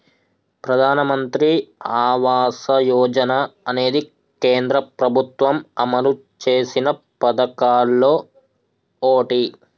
ప్రధానమంత్రి ఆవాస యోజన అనేది కేంద్ర ప్రభుత్వం అమలు చేసిన పదకాల్లో ఓటి